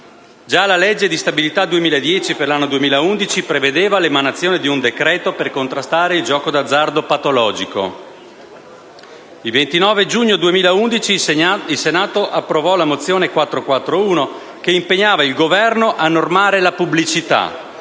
Già la legge di stabilità 2010 per l'anno 2011 prevedeva l'emanazione di un decreto per contrastare il gioco d'azzardo patologico. Il 29 giugno 2011 il Senato approvò la mozione n. 441 che impegnava il Governo a normare la pubblicità